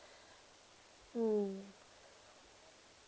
mm